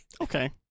Okay